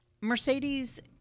Mercedes